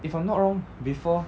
if I'm not wrong before